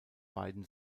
beiden